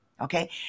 Okay